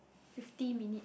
fifty minute